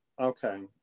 Okay